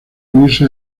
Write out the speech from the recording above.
unirse